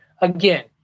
Again